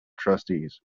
trustees